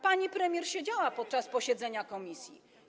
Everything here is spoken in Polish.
Pani premier siedziała podczas posiedzenia komisji.